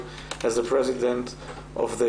1325 של האו"ם כנשיא של מועצת הביטחון של